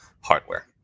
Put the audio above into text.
hardware